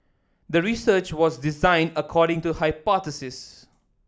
the research was designed according to hypothesis